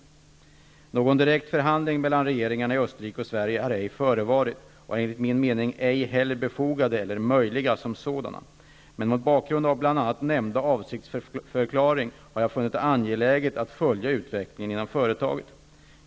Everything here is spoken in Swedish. Någon direkt förhandling mellan regeringarna i Österrike och Sverige har ej förevarit och är enligt min mening ej heller befogad eller möjlig som sådan. Men mot bakgrund av bl.a. nämnda avsiktsförklaring har jag funnit det angeläget att följa utvecklingen inom företaget.